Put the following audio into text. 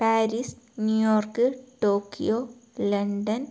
Paris New York Tokyo London